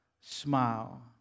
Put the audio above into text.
Smile